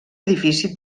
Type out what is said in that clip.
edifici